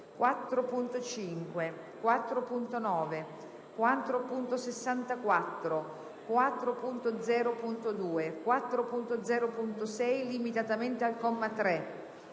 4.5, 4.9, 4.64, 4.0.2, 4.0.6 (limitatamente al comma 3),